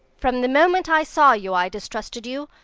from the moment i saw you i distrusted you.